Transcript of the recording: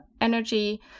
energy